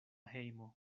hejmo